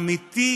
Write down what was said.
אמיתי,